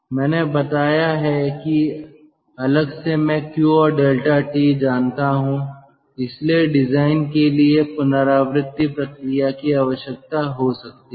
मैंने बताया है कि अलग से मैं Q और डेल्टा T जानता हूं इसलिए डिजाइन के लिए पुनरावृत्ति प्रक्रिया की आवश्यकता हो सकती है